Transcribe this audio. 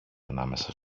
ανάμεσα